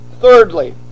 Thirdly